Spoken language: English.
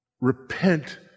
Repent